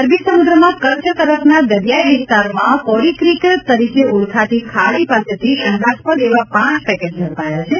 અરબી સમુદ્રમાં કચ્છ તરફના દરિયાઈ વિસ્તારમાં કોરીક્રીક તરીકે ઓળખાતી ખાડી પાસેથી શંકાસ્પદ એવા પાંચ પેકેટ પકડાયા છે